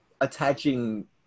attaching